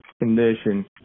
condition